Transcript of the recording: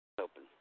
open